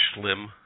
slim